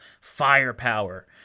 Firepower